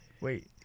wait